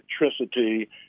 electricity